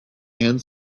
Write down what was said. and